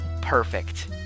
Perfect